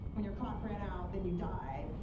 when your clock ran out, then you died.